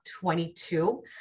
22